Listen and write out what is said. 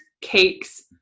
cakes